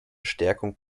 stärkung